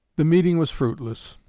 the meeting was fruitless.